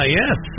yes